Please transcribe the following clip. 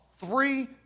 three